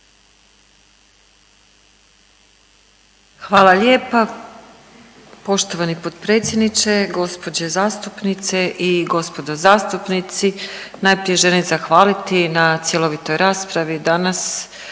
Hvala lijepa. Poštovani potpredsjedniče, gospođe zastupnice i gospodo zastupnici. Najprije želim zahvaliti na cjelovitoj raspravi danas